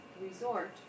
resort